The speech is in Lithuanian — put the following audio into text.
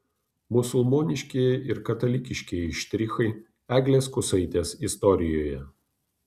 musulmoniškieji ir katalikiškieji štrichai eglės kusaitės istorijoje